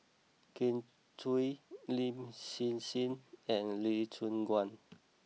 Kin Chui Lin Hsin Hsin and Lee Choon Guan